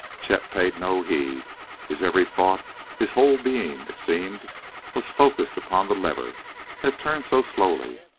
chet paid no heed his every thought his whole being, it seemed was focused upon the lever that turned so slowly,